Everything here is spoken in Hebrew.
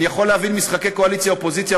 אני יכול להבין משחקי קואליציה אופוזיציה,